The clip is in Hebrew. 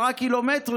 10 ק"מ,